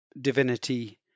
divinity